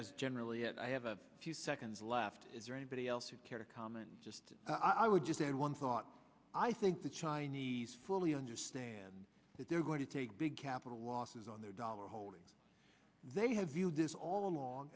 was generally and i have a few seconds left is there anybody else you'd care to comment just i would just add one thought i think the chinese fully understand that they're going to take big capital losses on their dollar holdings they have viewed this all along